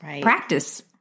practice